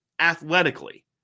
athletically